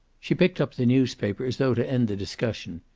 she picked up the newspaper as though to end the discussion.